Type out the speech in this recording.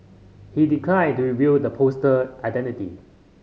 he declined to reveal the poster identity